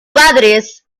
padres